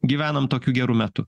gyvenam tokiu geru metu